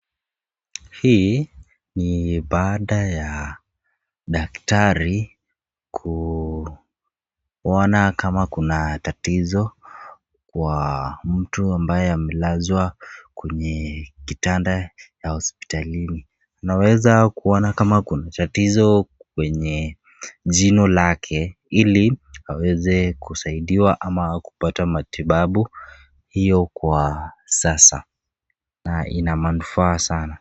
Hii ni baada ya daktari kuona kama kuna tatizo kwa mtu ambaye amelazwa kwenye kitanda cha hospitali. Anaweza kuona kama kuna tatizo kwenye jino lake ili aweze kusaidiwa ama kupata matibabu hiyo kwa sasa, na ina manufaa sana.